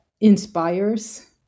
inspires